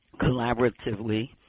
collaboratively